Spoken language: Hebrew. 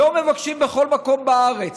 לא מבקשים בכל מקום בארץ.